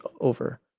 over